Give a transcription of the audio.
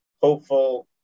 hopeful